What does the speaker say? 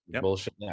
bullshit